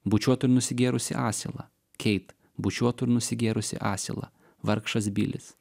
bučiuotų i nusigėrusį asilą keit bučiuotų ir nusigėrusį asilą vargšas bilis